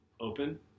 open